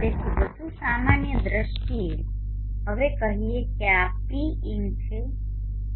તેથી વધુ સામાન્ય દ્રષ્ટિએ ચાલો હવે કહીએ કે આ Pin છે